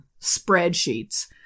spreadsheets